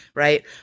right